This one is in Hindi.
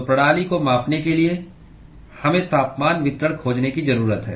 तो प्रणाली को मापने के लिए हमें तापमान वितरण खोजने की जरूरत है